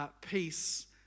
peace